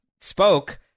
spoke